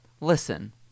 listen